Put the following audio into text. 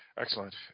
Excellent